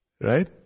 Right